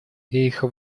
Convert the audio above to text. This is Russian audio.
рериха